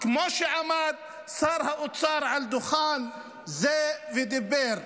כמו שעמד שר האוצר על דוכן זה ודיבר.